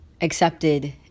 accepted